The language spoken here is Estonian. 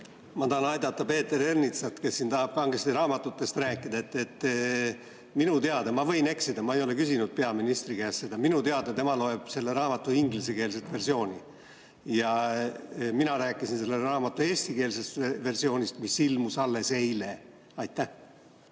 Ma tahan aidata Peeter Ernitsat, kes siin kangesti tahab raamatutest rääkida. Minu teada – ma võin eksida, ma ei ole seda peaministri käest küsinud – peaminister loeb selle raamatu ingliskeelset versiooni. Mina rääkisin selle raamatu eestikeelsest versioonist, mis ilmus alles eile. Ma